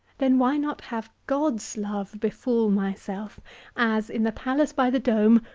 then why not have god's love befall myself as, in the palace by the dome,